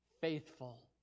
faithful